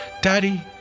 daddy